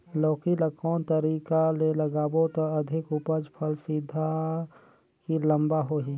लौकी ल कौन तरीका ले लगाबो त अधिक उपज फल सीधा की लम्बा होही?